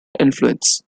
influence